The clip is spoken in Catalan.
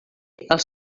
els